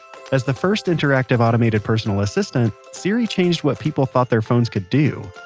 as the first interactive automated personal assistant, siri changed what people thought their phones could do.